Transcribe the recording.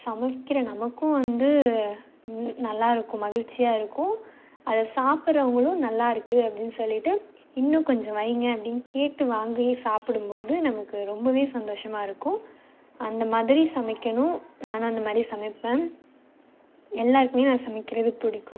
சமைக்கிற நமக்கும் வந்து நல்லா இருக்கும் மகிழ்சியாக இருக்கும் அதை சாப்புறவங்களும் நல்லா இருக்கு அப்படின் சொல்லிவிட்டு இன்னும் கொஞ்சம் வைங்க அப்படின் கேட்டு வாங்கி சாப்பிடும்போது நமக்கு ரொம்பவே சந்தோஷமாக இருக்கும் அந்த மாதிரி சமைக்கணும் நானும் அந்த மாதிரி சமைப்பேன் எல்லாருக்குமே நான் சமைக்கிறது பிடிக்கும்